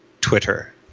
Twitter